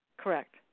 Correct